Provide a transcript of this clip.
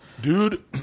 Dude